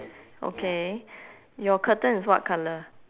okay your curtain is what colour